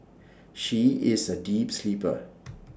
she is A deep sleeper